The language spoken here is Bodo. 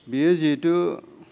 बियो जिहेथु